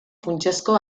funtsezko